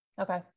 Okay